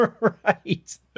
Right